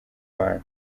bantu